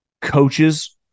coaches